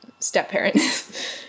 stepparents